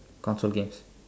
console games